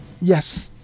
Yes